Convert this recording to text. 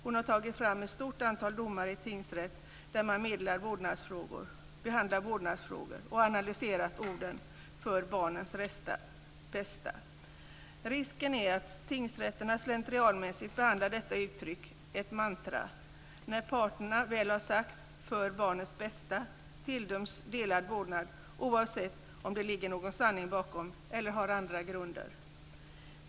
Hon har tagit fram ett stort antal domar i tingsrätt där man behandlar vårdnadsfrågor, och hon har analyserat orden "för barnets bästa". Risken är att tingsrätterna slentrianmässigt behandlar detta uttryck, ett mantra. När parten väl har sagt "för barnets bästa" tilldöms delad vårdnad oavsett om det ligger någon sanning bakom eller om det har andra grunder.